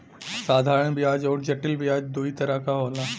साधारन बियाज अउर जटिल बियाज दूई तरह क होला